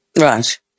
Right